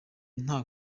nta